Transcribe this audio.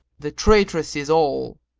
the traitresses all!